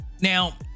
now